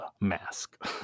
mask